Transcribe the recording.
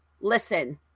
listen